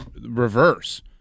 reverse